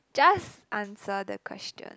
just answer the question